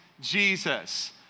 Jesus